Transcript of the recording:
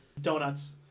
Donuts